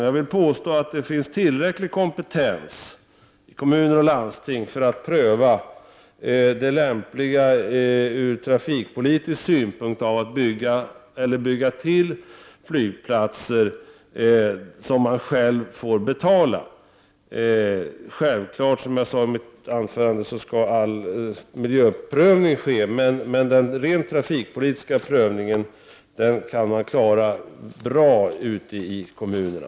Jag påstår att det i kommuner och landsting finns tillräcklig kompetens för att pröva det lämpliga från trafikpolitisk synpunkt av att bygga eller bygga ut flygplatser som man själv får betala. Självfallet skall miljöprövning göras, men den trafikpolitiska prövningen kan man klara bra ute i kommunerna.